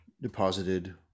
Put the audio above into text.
deposited